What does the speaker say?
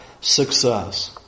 success